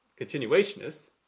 continuationists